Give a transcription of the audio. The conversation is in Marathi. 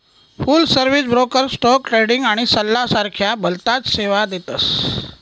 फुल सर्विस ब्रोकर स्टोक ट्रेडिंग आणि सल्ला सारख्या भलताच सेवा देतस